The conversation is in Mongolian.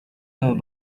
ойн